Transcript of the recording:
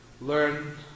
learn